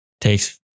takes